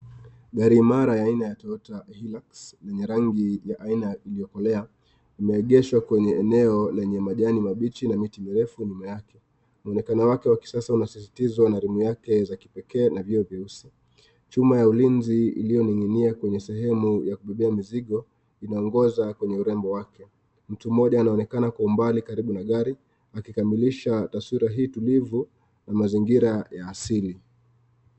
Gari imara ya aina ya Toyota Hilux lenye rangi ya aina ya iliyokolea, limeegeshwa kwenye eneo lenye majani mabichi na miti mirefu nyuma yake. Muonekano wake wa kisasa unasisitizwa na rimu yake za kipekee na vioo vyeusi. Chuma ya ulinzi iliyonining'inia kwenye sehemu ya kubeba mizigo inaongoza kwenye urembo wake. Mtu mmoja anaonekana kwa mbali karibu na gari, akikamilisha taswira hii tulivu na mazingira ya asili.